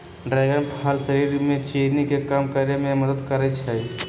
dragon फल शरीर में चीनी के कम करे में मदद करई छई